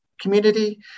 community